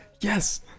yes